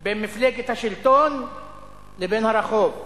בין מפלגת השלטון לבין הרחוב,